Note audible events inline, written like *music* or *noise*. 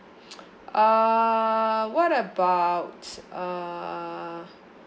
*noise* uh what about uh